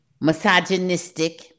misogynistic